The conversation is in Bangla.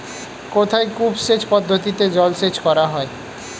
কোথায় কূপ সেচ পদ্ধতিতে জলসেচ করা হয়?